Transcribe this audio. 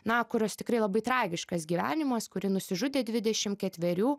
na kurios tikrai labai tragiškas gyvenimas kuri nusižudė dvidešim ketverių